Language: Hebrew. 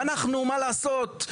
ואנחנו, מה לעשות?